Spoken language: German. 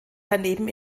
daneben